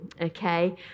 okay